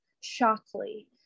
Shockley